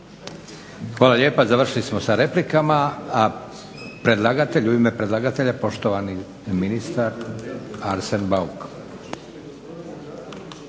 Hvala lijepa. Završili smo s replikama. A predlagatelj u ime predlagatelja, poštovani ministar Arsen Bauk.